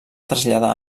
traslladar